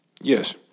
Yes